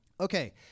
Okay